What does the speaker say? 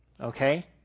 Okay